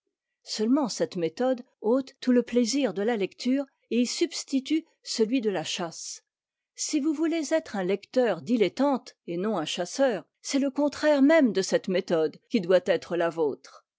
seulement cette méthode ôte tout le plaisir de la lecture et y substitue celui de la chasse si vous voulez être un lecteur dilettante et non un chasseur c'est le contraire même de cette méthode qui doit être la vôtre